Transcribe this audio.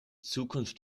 zukunft